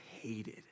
hated